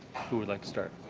who would like to start?